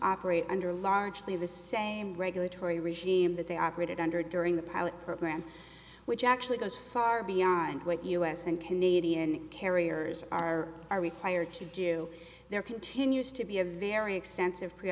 operate under largely the same regulatory regime that they operated under during the pilot program which actually goes far beyond what u s and canadian carriers are are required to do there continues to be a very extensive pre